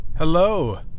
Hello